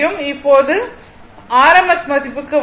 இப்போது RMS மதிப்புக்கு வருவோம்